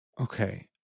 okay